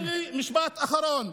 תן לי משפט אחרון.